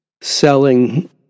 selling